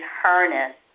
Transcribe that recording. harness